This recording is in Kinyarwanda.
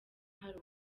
hari